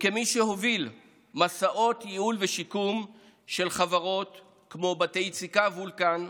וכמי שהוביל מסעות ייעול ושיקום של חברות כמו בתי יציקה וולקן,